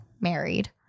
married